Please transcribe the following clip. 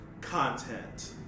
content